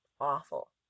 Awful